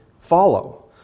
follow